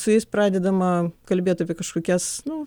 su jais pradedama kalbėt apie kažkokias nu